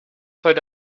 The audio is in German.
heute